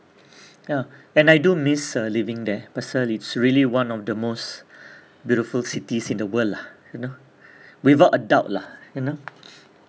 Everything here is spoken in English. ya and I do miss uh living there pasal it's really one of the most beautiful cities in the world lah you know without a doubt lah you know